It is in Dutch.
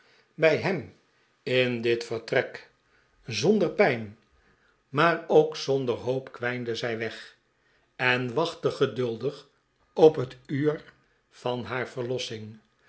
bij hem in dit vertrek zonder pijn maar ook zonder hoop kwijnde zij weg en wachtte geduldig op het uur van haar